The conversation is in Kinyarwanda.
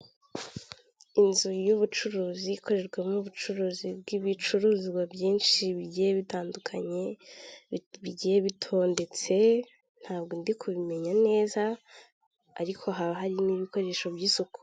Inzu y'ubucuruzi ikorerwamo ubucuruzi bw'ibicuruzwa byinshi bigiye bitandukanye, bigiye bitondetse ntabwo ndi kubimenya neza ariko haba hari n'ibikoresho by'isuku.